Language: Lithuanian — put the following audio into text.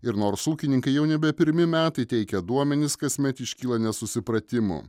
ir nors ūkininkai jau nebepirmi metai teikia duomenis kasmet iškyla nesusipratimų